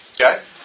Okay